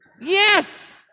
Yes